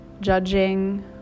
judging